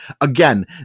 Again